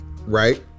Right